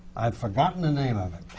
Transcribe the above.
i've forgotten the name of it!